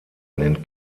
nennt